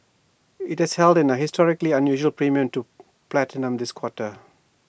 IT has held in A historically unusual premium to platinum this quarter